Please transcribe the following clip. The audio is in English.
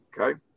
okay